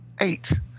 eight